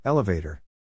Elevator